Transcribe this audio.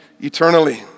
eternally